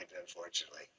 unfortunately